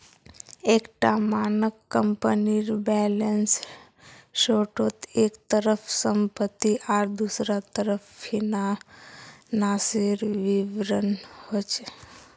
एक टा मानक कम्पनीर बैलेंस शीटोत एक तरफ सम्पति आर दुसरा तरफ फिनानासेर विवरण होचे